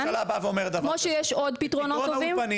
פתרון האולפנים